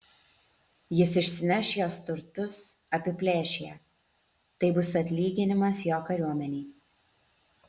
jis išsineš jos turtus apiplėš ją tai bus atlyginimas jo kariuomenei